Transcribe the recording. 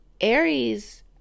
Aries